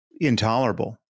intolerable